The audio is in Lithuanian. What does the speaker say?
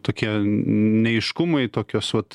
tokie neaiškumai tokios vat